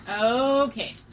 Okay